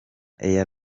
air